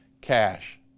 cash